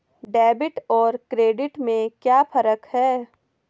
Debit और credit में क्या फर्क है?